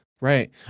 Right